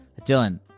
Dylan